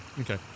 Okay